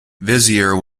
vizier